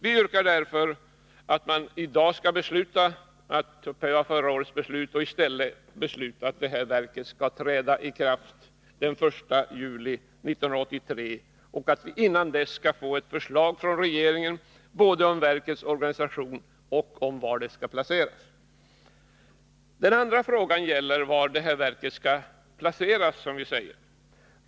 Vi yrkar därför att riksdagen i dag skall upphäva förra årets beslut och i stället besluta att energiverket skall träda i kraft den 1 juli 1983 och att vi innan dess skall få ett förslag från regeringen både om verkets organisation och om var det skall placeras. Den andra frågan gäller alltså var verket skall placeras.